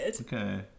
Okay